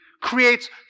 creates